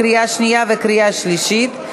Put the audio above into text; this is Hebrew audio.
קריאה שנייה וקריאה שלישית.